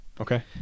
Okay